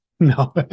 No